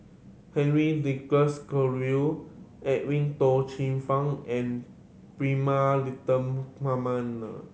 Henry Nicholas Edwin Tong Chun Fai and Prema Letchumanan